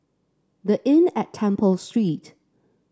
The Inn at Temple Street